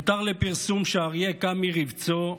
הותר לפרסום שהאריה קם מרבצו,